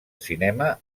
cinema